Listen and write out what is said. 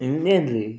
ಇನ್ನೇನ್ರಿ